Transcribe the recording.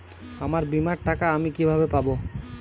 আমার বীমার টাকা আমি কিভাবে পাবো?